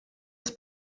des